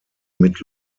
mit